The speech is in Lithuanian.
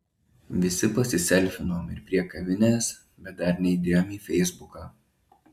visi pasiselfinom ir prie kavinės bet dar neįdėjom į feisbuką